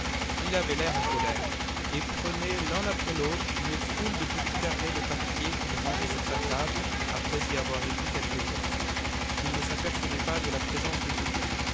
il avait l'air en colère et prenait l'un après l'autre une foule de petits carrés de papier qu'il rangeait sur sa table après y avoir écrit quelques mots il ne s'apercevait pas de la présence de julien